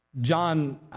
John